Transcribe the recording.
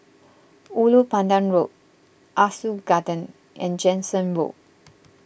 Ulu Pandan Road Ah Soo Garden and Jansen Road